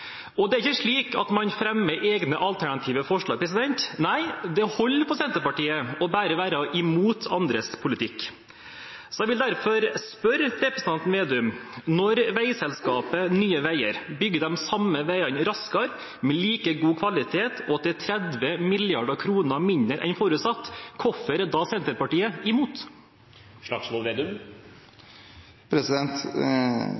Og det er ikke slik at man fremmer egne alternative forslag – nei, det holder for Senterpartiet bare å være imot andres politikk. Jeg vil derfor spørre representanten Slagsvold Vedum: Når veiselskapet Nye Veier bygger de samme veiene raskere, med like god kvalitet og til 30 mrd. kr mindre enn forutsatt, hvorfor er da Senterpartiet imot?